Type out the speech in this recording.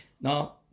Now